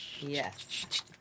Yes